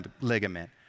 ligament